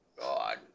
God